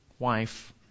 Wife